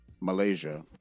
Malaysia